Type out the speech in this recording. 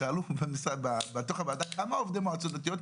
שאלו בוועדה כמה עובדי מועצות דתיות?